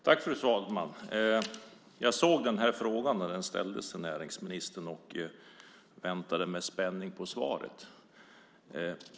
Fru talman! Jag såg den här frågan när den ställdes till näringsministern och väntade med spänning på svaret.